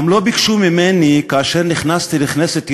גם לא ביקשו ממני, כאשר נכנסתי לכנסת ישראל,